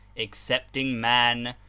excepting man,